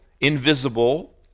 invisible